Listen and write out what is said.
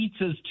pizzas